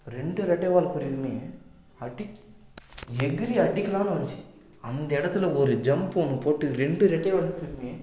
ரெண்டு ரெட்டைவால் குருவியுமே அடிக் எகிறி அடிக்கலாம்னு வந்துச்சு அந்த இடத்துல ஒரு ஜம்ப் ஒன்று போட்டு ரெண்டு ரெட்டைவால் குருவியுமே